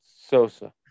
Sosa